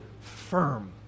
firm